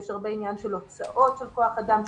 יש הרבה עניין של הוצאות של כוח אדם,